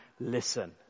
listen